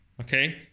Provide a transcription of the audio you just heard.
Okay